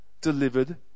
delivered